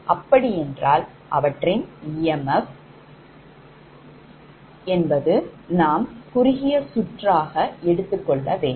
அப்படி என்றால் அவற்றின் emf களைக் நாம் shortகுறுகிய சுற்று ஆக எடுத்துக்கொள்ள வேண்டும்